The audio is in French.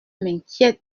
m’inquiète